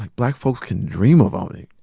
black folks can dream of owning,